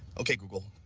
okay, google,